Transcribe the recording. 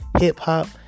hip-hop